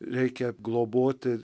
reikia globoti